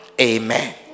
amen